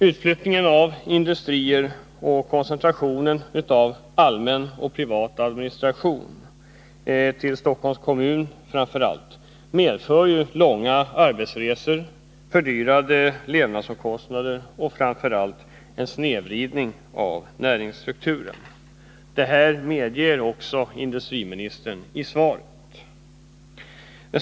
Utflyttningen av industrier och koncentrationen av allmän och privat administration till främst Stockholms kommun medför långa arbetsresor, fördyrade levnadsomkostnader och framför allt en snedvridning av näringsstrukturen. Det medger också industriministern i sitt svar.